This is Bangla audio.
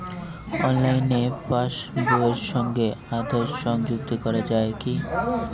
অনলাইনে পাশ বইয়ের সঙ্গে আধার সংযুক্তি করা যায় কি?